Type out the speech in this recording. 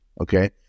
okay